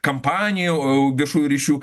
kampanijų viešųjų ryšių